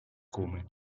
come